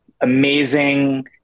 amazing